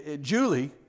Julie